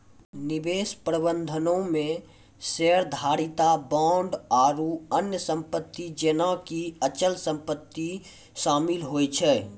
निवेश प्रबंधनो मे शेयरधारिता, बांड आरु अन्य सम्पति जेना कि अचल सम्पति शामिल होय छै